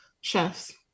chefs